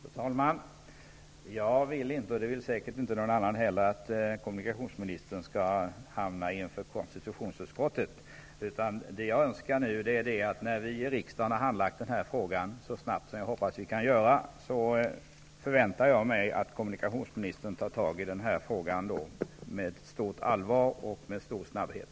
Fru talman! Jag vill inte, och det vill säkert inte någon annan heller, att kommunikationsministern skall hamna inför konstitutionsutskottet. När vi i riksdagen har handlagt denna fråga, så snabbt som vi kan, förväntar jag mig att kommunikationsministern tar itu med frågan med stort allvar och stor snabbhet.